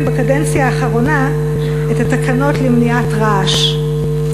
בקדנציה האחרונה את התקנות למניעת רעש.